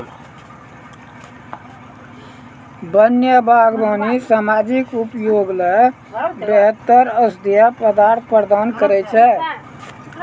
वन्य बागबानी सामाजिक उपयोग ल बेहतर औषधीय पदार्थ प्रदान करै छै